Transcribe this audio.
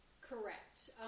Correct